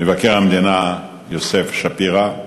מבקר המדינה יוסף שפירא,